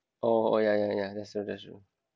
oh oh yeah yeah yeah that's true that's true